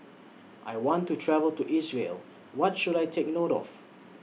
I want to travel to Israel What should I Take note of